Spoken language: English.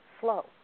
slow